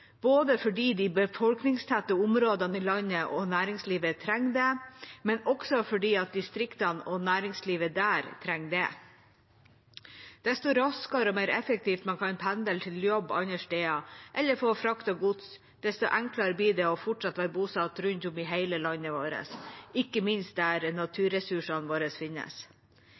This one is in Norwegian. både fordi de befolkningstette områdene i landet og næringslivet trenger det, og fordi distriktene og næringslivet der trenger det. Desto raskere og mer effektivt man kan pendle til jobb andre steder, eller få fraktet gods, desto enklere blir det fortsatt å være bosatt rundt om i hele landet vårt, ikke minst der naturressursene våre finnes.